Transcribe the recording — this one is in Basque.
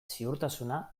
ziurtasuna